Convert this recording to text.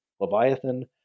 Leviathan